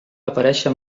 aparèixer